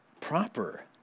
proper